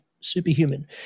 superhuman